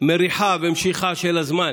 מריחה ומשיכה של הזמן